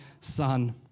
son